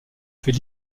fait